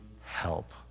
help